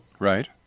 Right